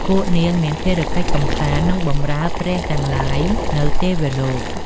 ពួកនាងមានភារកិច្ចកំសាន្ត និងបម្រើព្រះទាំងឡាយនៅទេវលោក។